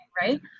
Right